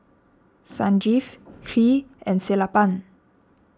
Sanjeev Hri and Sellapan